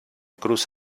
cruz